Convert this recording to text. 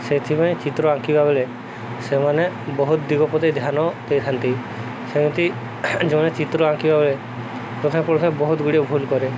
ସେଇଥିପାଇଁ ଚିତ୍ର ଆଙ୍କିବା ବେଳେ ସେମାନେ ବହୁତ ଦିଗ ପ୍ରତି ଧ୍ୟାନ ଦେଇଥାନ୍ତି ସେମିତି ଯେଉଁମାନେ ଚିତ୍ର ଆଙ୍କିବା ବେଳେ ପ୍ରଥମେ ପ୍ରଥମେ ବହୁତ ଗୁଡ଼ିଏ ଭୁଲ କରେ